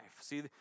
See